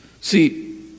See